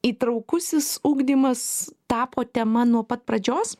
įtraukusis ugdymas tapo tema nuo pat pradžios